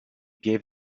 gave